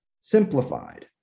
simplified